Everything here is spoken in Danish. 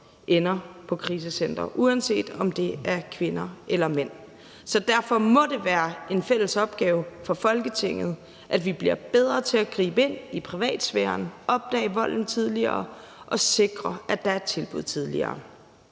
ender på krisecentre – uanset om det er kvinder eller mænd. Så derfor må det være en fælles opgave for Folketinget, at vi bliver bedre til at gribe ind i privatsfæren, opdage volden tidligere og sikre, at der er tilbud tidligere.